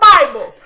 Bible